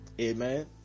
Amen